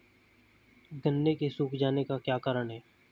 गन्ने के सूख जाने का क्या कारण है?